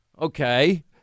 okay